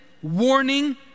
Warning